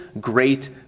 great